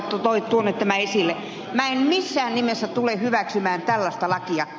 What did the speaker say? minä en missään nimessä tule hyväksymään tällaista lakia